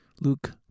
Luke